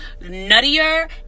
nuttier